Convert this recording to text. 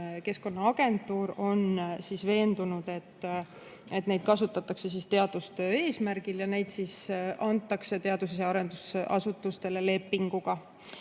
keskkonnaagentuur on veendunud, et neid kasutatakse teadustöö eesmärgil. Ja neid lube antakse teadus- ja arendusasutustele lepinguga.